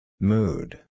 Mood